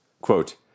Quote